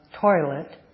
toilet